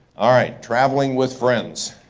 all right, traveling with friends.